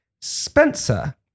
Spencer